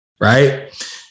right